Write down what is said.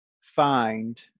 find